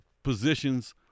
positions